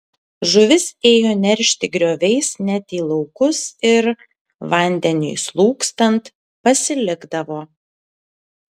žuvis ėjo neršti grioviais net į laukus ir vandeniui slūgstant pasilikdavo